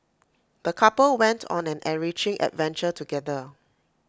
the couple went on an enriching adventure together